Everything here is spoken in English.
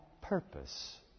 purpose